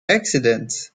accidents